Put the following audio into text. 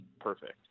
perfect